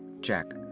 Jack